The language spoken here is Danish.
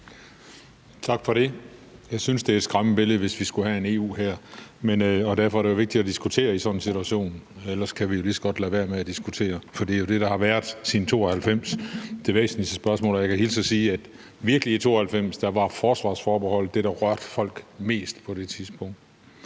Tak for det. Jeg synes, det er et skræmmende billede, hvis vi skulle have en EU-hær, og derfor er det jo vigtigt at diskutere i sådan en situation; ellers kan vi jo lige så godt lade være med at diskutere, for det er jo det, der har været det væsentligste spørgsmål siden 1992. Og jeg kan hilse at sige, at i 1992 var det virkelig forsvarsforbeholdet, der er rørte folk mest. Jeg vil